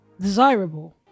desirable